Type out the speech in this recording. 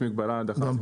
אני